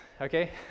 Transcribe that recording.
okay